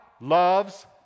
loves